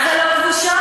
עזה לא כבושה,